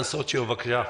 אן סוצ'יו, בבקשה.